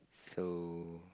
so